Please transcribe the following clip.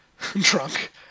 drunk